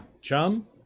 chum